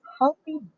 healthy